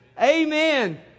Amen